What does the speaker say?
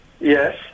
Yes